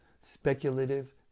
speculative